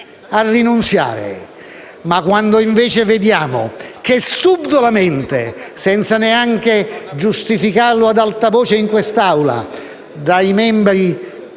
a rinunciare, ma quando invece vediamo che subdolamente, senza neanche giustificarlo ad alta voce in questa Aula, dai membri